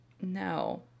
No